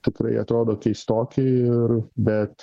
tikrai atrodo keistoki ir bet